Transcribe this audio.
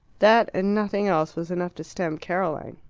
that, and nothing else, was enough to stamp caroline.